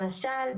למשל,